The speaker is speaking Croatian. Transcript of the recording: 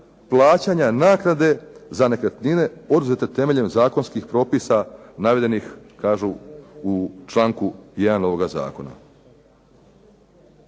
plaćanja naknade za nekretnine oduzete temeljem zakonskih propisa navedenih kažu u članku 1. ovoga zakona.